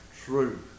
truth